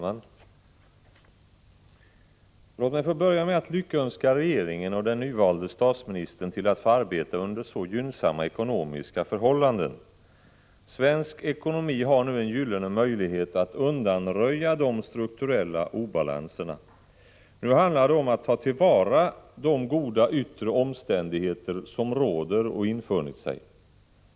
Herr talman! Låt mig börja med att lyckönska regeringen och den nyvalde statsministern till att få arbeta under så gynnsamma ekonomiska förhållanden. Svensk ekonomi har nu en gyllene möjlighet att undanröja de strukturella obalanserna. Nu handlar det om att ta till vara de goda yttre omständigheter som råder och som har infunnit sig.